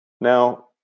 Now